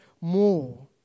more